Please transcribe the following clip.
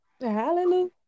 hallelujah